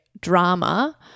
drama